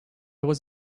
was